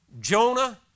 Jonah